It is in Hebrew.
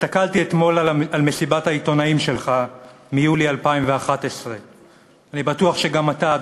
הסתכלתי על מסיבת העיתונאים שלך מיולי 2011. אני בטוח שגם אתה,